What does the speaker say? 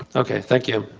okay, thank you.